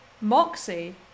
moxie